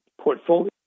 portfolio